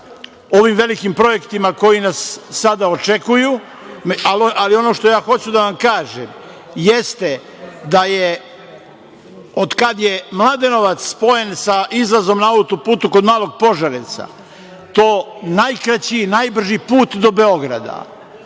ovim velikim projektima koji nas sada očekuju, ali ono što ja hoću da vam kažem jeste da je od kad je Mladenovac spojen sa izlazom na autoput, kod Malog Požarevca, to je najkraći i najbrži put do Beograda. Ovo